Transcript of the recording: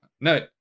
No